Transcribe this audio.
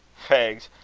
fegs!